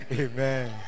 amen